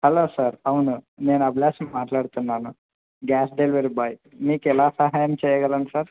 hello sir అవును నేను అభిలాష్ మాట్లాడుతున్నాను గ్యాస్ డెలివరీ బాయ్ మీకు ఎలా సహాయం చేయగలను సార్